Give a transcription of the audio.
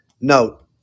note